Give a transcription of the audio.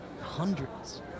hundreds